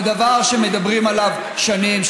זה דבר שמדברים עליו שנים,